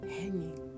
hanging